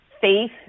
faith